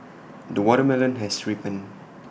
the watermelon has ripened